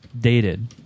Dated